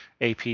AP